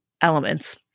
elements